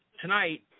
Tonight